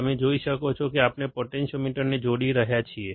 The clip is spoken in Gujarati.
તમે જોઈ શકો છો કે આપણે પોટેન્ટીયોમીટરને જોડી રહ્યા છીએ